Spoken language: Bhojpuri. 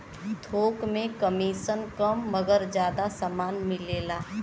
थोक में कमिसन कम मगर जादा समान मिलेला